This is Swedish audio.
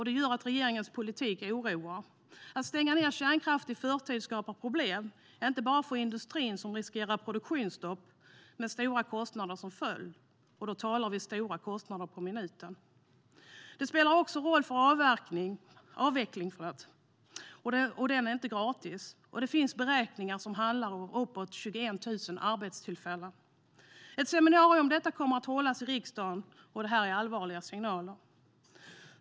Det gör att regeringens politik oroar. Att stänga ned kärnkraftverk i förtid skapar problem, inte bara för industrin som riskerar produktionsstopp med stora kostnader som följd - och då talar vi om stora kostnader per minut. Det spelar också roll för avveckling som inte är gratis. Det finns beräkningar på att det handlar om uppåt 21 000 arbetstillfällen. Ett seminarium om detta kommer att hållas i riksdagen. Detta är allvarliga signaler.